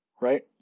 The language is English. Right